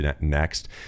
next